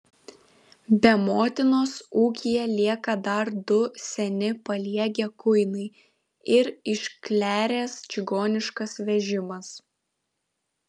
be motinos ūkyje lieka dar du seni paliegę kuinai ir iškleręs čigoniškas vežimas